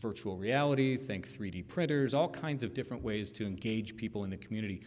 virtual reality think three d printers all kinds of different ways to engage people in the community